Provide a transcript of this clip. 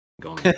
gone